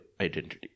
identity